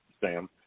Sam